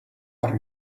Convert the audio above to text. are